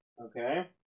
Okay